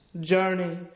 journey